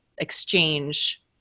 exchange-